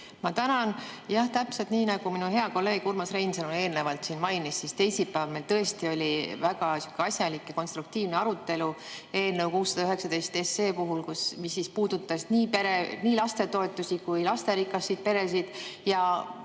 Tänan! Jah, täpselt nii, nagu minu hea kolleeg Urmas Reinsalu eelnevalt siin mainis, teisipäeval meil tõesti oli väga asjalik ja konstruktiivne arutelu eelnõu 619 puhul, mis puudutas nii lastetoetusi kui ka lasterikkaid peresid. Ja